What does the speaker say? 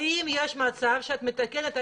האם יש מצב שאת מתקנת,